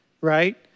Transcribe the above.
right